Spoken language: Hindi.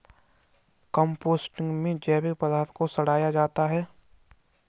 कम्पोस्टिंग में जैविक पदार्थ को सड़ाया जाता है